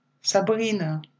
Sabrina